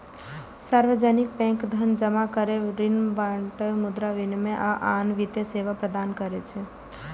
सार्वजनिक बैंक धन जमा करै, ऋण बांटय, मुद्रा विनिमय, आ आन वित्तीय सेवा प्रदान करै छै